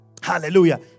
hallelujah